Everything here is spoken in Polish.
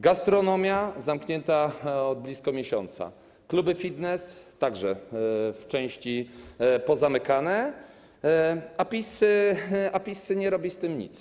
Gastronomia zamknięta od blisko miesiąca, kluby fitness także w części pozamykane, a PiS nie robi z tym nic.